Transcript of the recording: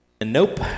Nope